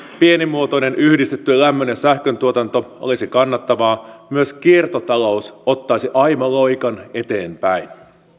pienimuotoinen yhdistetty lämmön ja sähköntuotanto olisi kannattavaa myös kiertotalous ottaisi aimo loikan eteenpäin